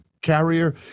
carrier